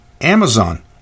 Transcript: Amazon